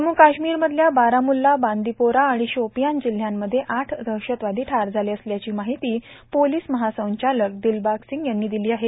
जम्म् काश्मीरमधल्या बाराम्ल्लाए बंदीपोरा आणि शोपियन जिल्ह्यांमध्ये आठ दहशतवादी ठार झाल असल्याची माहिती पोलिस महासंचालक दिलबाग सिंग यांनी दिली आहे